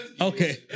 Okay